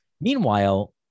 Meanwhile